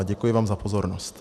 Děkuji vám za pozornost.